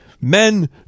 Men